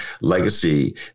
legacy